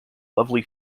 lovely